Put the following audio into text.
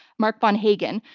mark von hagen,